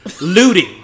Looting